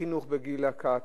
חינוך בגיל הקט